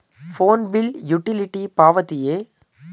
Phone bill utility ಪಾವತಿಯೇ?